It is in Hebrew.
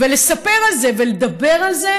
ולספר על זה ולדבר על זה,